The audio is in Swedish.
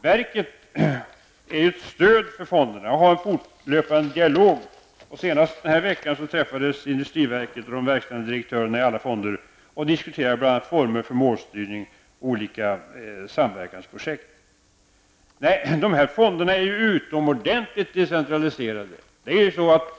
Verket är ett stöd för fonderna och för en fortlöpande dialog. Senast denna vecka träffades representanter för industriverket och de verkställande direktörerna i alla fonder och diskuterade bl.a. former för målstyrning och olika samverkansprojekt. Dessa fonder är utomordentligt decentraliserade.